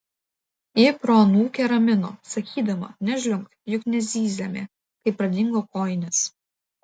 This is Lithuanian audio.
ji proanūkę ramino sakydama nežliumbk juk nezyzėme kai pradingo kojinės